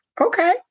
Okay